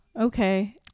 Okay